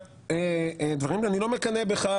אני רק אומר שבהודעה שוועדת החוקה הוציאה שהצעת